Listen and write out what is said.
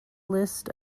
list